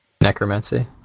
Necromancy